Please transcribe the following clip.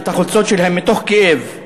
את החולצות שלהם מתוך כאב.